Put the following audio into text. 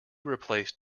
replace